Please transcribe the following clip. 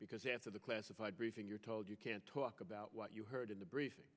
because after the classified briefing you're told you can't talk about what you heard in the briefing